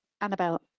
Annabelle